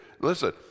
Listen